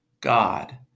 God